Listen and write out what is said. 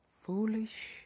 foolish